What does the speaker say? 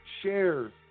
shares